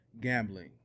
gambling